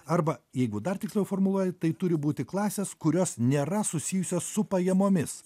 arba jeigu dar tiksliau formuluoji tai turi būti klasės kurios nėra susijusios su pajamomis